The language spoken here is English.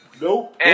Nope